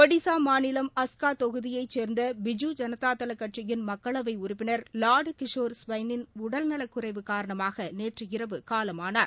ஒடிஸா மாநிலம் அஸ்கா தொகுதியைச் சேர்ந்த பிஜூ ஜனதாதள கட்சியின் மக்களவை உறுப்பினர் லாடு கிஷோர் ஸ்வெயின் உடல் நலக்குறைவு காரணமாக நேற்றிரவு காலமானார்